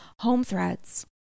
HomeThreads